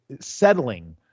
settling